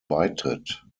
beitritt